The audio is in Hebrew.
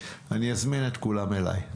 אני אזמין את כולם אליי.